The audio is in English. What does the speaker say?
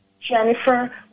Jennifer